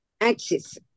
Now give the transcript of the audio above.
Axis